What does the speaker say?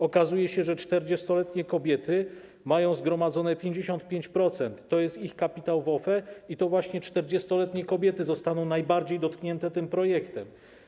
Okazuje się, że 40-letnie kobiety mają zgromadzone 55% kapitału w OFE i to właśnie 40-letnie kobiety zostaną najbardziej dotknięte tym projektem.